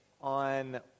on